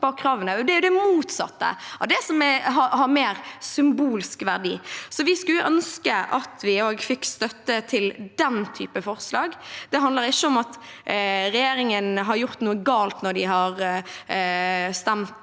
det er det motsatte av det som har mer symbolsk verdi. Vi skulle ønske at vi også fikk støtte til den typen forslag. Det handler ikke om at regjeringen har gjort noe galt når de har stemt